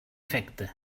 efecte